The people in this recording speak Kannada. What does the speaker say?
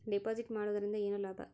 ಡೆಪಾಜಿಟ್ ಮಾಡುದರಿಂದ ಏನು ಲಾಭ?